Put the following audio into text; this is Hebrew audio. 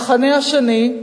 המחנה השני,